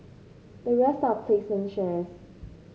the rest are placement shares